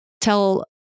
tell